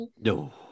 No